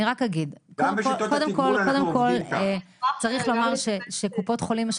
אני רק אגיד, קודם כל צריך לומר שקופות החולים.